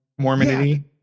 Mormonity